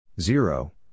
Zero